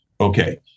Okay